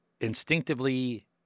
instinctively